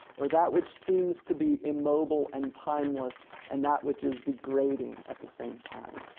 or that which seems to be immobile and timeless and that which is degrading at the same time.